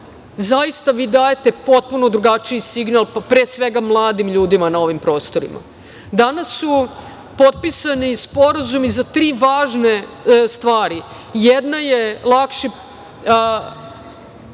zaista vi dajete potpuno drugačiji signal, pre svega mladim ljudima na ovim prostorima. Danas su potpisani sporazumi za tri važne stvari. Jedna je lakša